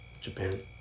Japan